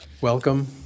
Welcome